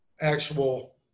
actual